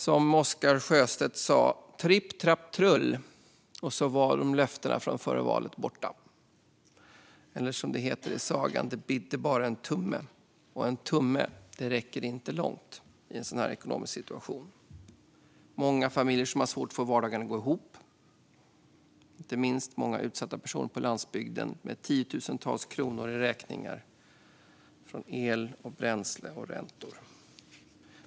Som Oscar Sjöstedt sa: Tripp, trapp, trull - och så var löftena från före valet borta. Eller som det heter i sagan: Det bidde bara en tumme. En tumme räcker inte långt i en sådan här ekonomisk situation. Många familjer har svårt att få vardagen att gå ihop. Det gäller inte minst många utsatta personer på landsbygden som har räkningar på tiotusentals kronor för el, bränsle och räntor.